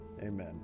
Amen